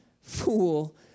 fool